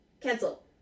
Cancel